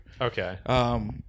Okay